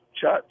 chat